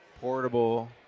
portable